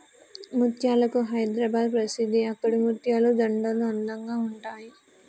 ముత్యాలకు హైదరాబాద్ ప్రసిద్ధి అక్కడి ముత్యాల దండలు అందంగా ఉంటాయి